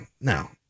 no